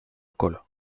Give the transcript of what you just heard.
colo